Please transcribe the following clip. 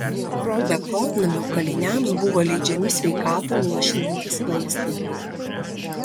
beprotnamio kaliniams buvo leidžiami sveikatą luošinantys vaistai